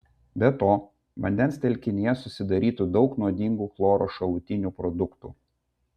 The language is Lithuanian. be to vandens telkinyje susidarytų daug nuodingų chloro šalutinių produktų